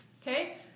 Okay